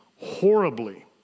horribly